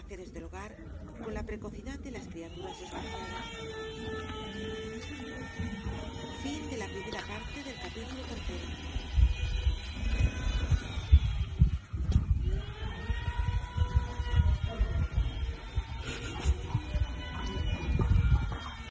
del hogar con la precocidad de las criaturas desgraciadas